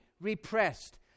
repressed